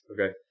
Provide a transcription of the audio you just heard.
Okay